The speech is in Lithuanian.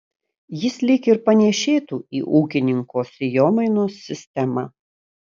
jis lyg ir panėšėtų į ūkininko sėjomainos sistemą